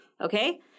okay